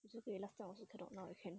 is okay last time I also cannot now I can